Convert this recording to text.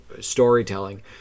storytelling